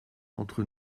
entre